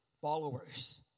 followers